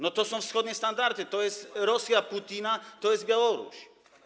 No to są wschodnie standardy, to jest Rosja Putina, to jest Białoruś.